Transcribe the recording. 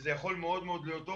וזה יכול להיות מאוד טוב.